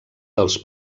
dels